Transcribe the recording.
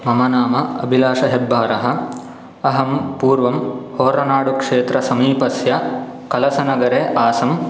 मम नाम अभिलाषहेब्बारः अहं पूर्वं होरनाडुक्षेत्रसमीपस्य कलसनगरे आसम्